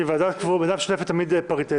כי ועדה משותפת היא תמיד פריטטית,